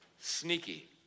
sneaky